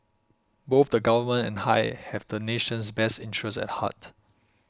both the Government and I have the nation's best interest at heart